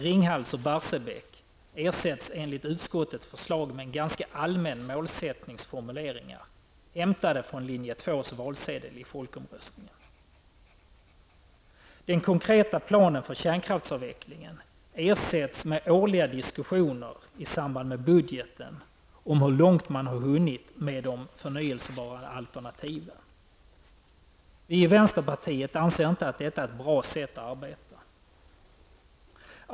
Ringhals och Barsebäck ersätts Den konkreta planen för kärnkraftsavvecklingen ersätts nu med årliga diskussioner, i samband med budgeten, om hur långt man hunnit med de förnyelsebara alternativen. Vi i vänsterpartiet anser inte att detta är ett bra sätt att arbeta.